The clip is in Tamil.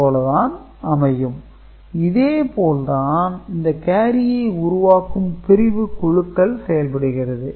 C3 G3 P2G2 P3P2G1 P3P2P1G0 P3P2P1P0C 1 G3 0 G3 P2G2 P3P2G1 P3P2P1G0 P3 0 P3P2P1P0 C3 G3 0 P3 0C 1 இதேபோல் தான் இந்த கேரியை உருவாக்கும் பிரிவு குழுக்கள் செயல்படுகிறது